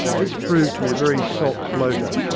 this proved to be a very salt bloater,